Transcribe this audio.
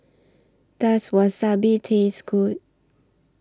Does Wasabi Taste Good